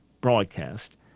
broadcast